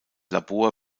labor